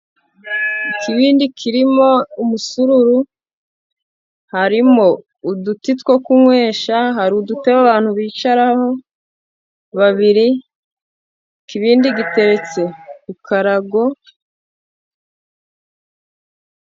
Ikibindi kirimo umusururu, harimo uduti two kunywesha. Hari udutebe abantu bicaraho babiri, ikibindi giteretse ku karago.